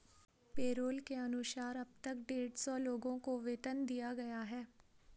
payroll के अनुसार अब तक डेढ़ सौ लोगों को वेतन दिया गया है